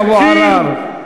חבר הכנסת טלב אבו עראר.